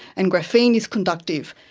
and graphene is conductive.